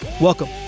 Welcome